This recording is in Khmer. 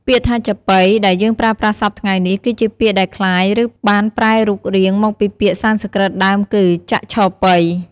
ពាក្យថា "ចាប៉ី" ដែលយើងប្រើប្រាស់សព្វថ្ងៃនេះ គឺជាពាក្យដែលក្លាយ ឬបានប្រែរូបរាងមកពីពាក្យសំស្ក្រឹតដើមគឺ "ចក្ឆប៉ី"។